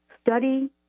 study